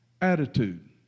attitude